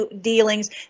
dealings